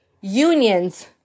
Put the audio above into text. unions